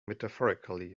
metaphorically